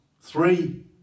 three